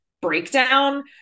breakdown